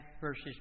verses